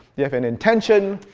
they have an intention.